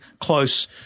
close